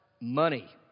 money